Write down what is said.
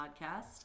podcast